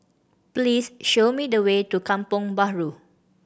please show me the way to Kampong Bahru